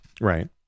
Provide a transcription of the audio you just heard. Right